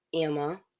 Emma